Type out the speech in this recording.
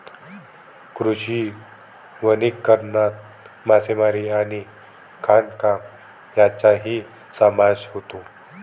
कृषी वनीकरणात मासेमारी आणि खाणकाम यांचाही समावेश होतो